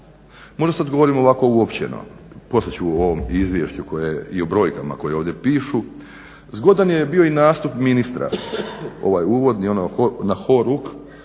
Možda sad govorimo ovako uopćeno, poslije ću u ovom izvješću koje je i u brojkama koje ovdje pišu, zgodan je bio i nastup ministra, ovaj uvodni ono na horuk